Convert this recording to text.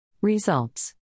Results